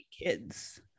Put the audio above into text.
kids